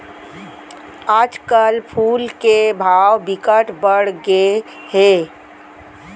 आजकल फूल के मांग बिकट बड़ गे हे